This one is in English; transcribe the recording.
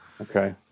Okay